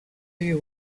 you